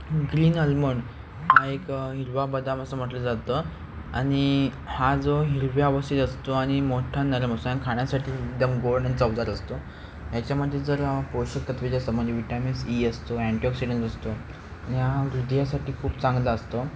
green almond हा एक हिरवा बदाम असं म्हटलं जातं आणि हा जो हिरव्या अवस्थेत असतो आणि मोठ्ठा नरम असतो आणि खाण्यासाठी एकदम गोड आणि चवदार असतो याच्यामध्ये जर पोषक तत्वे जसं म्हणजे विटॅमिन्स ई असतो अँटीऑक्सिडन्स असतो हा वृद्धीसाठी खूप चांगला असतो